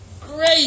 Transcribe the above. great